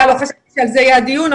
לא חשבתי שעל זה יהיה דיון.